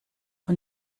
und